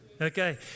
Okay